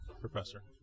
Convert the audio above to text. Professor